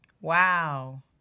wow